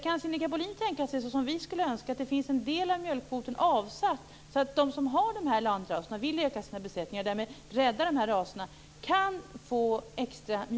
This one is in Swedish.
Kan Sinikka Bohlin tänka sig, som vi önskar, att en del av mjölkkvoten avsätts för dessa lantraser och därmed rädda dem?